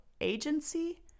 agency